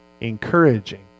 encouraging